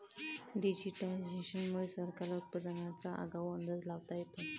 digitisation मुळे सरकारला उत्पादनाचा आगाऊ अंदाज लावता येतो